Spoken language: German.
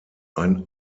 ein